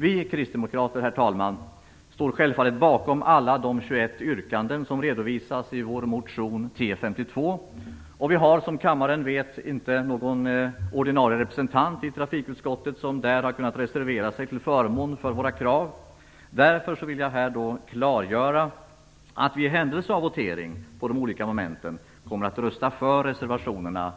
Vi kristdemokrater står självfallet bakom alla 21 yrkanden som redovisas i vår motion T52. Vi har, som kammaren vet, inte någon ordinarie representant i trafikutskottet som där har kunnat reservera sig till förmån för våra krav. Därför vill jag här klargöra att vi i händelse av votering om de olika momenten komer att rösta för reservationerna